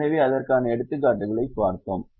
எனவே அதற்கான எடுத்துக்காட்டுகளைப் பார்த்தோம்